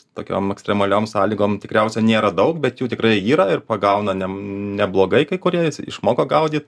tokiom ekstremaliom sąlygom tikriausia nėra daug bet jų tikrai yra ir pagauna nem neblogai kai kurie jas išmoko gaudyt